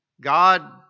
God